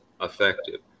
effective